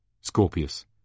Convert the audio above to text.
Scorpius